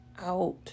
out